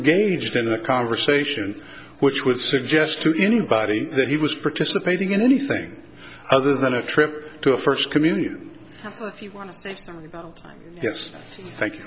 engaged in a conversation which would suggest to anybody that he was participating in anything other than a trip to a first communion yes thank you